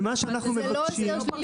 ומה שאנחנו מבקשים --- אבל זה לא הסדר שלילי,